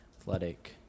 Athletic